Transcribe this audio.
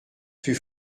fut